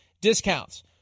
discounts